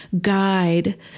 guide